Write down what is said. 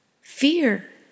fear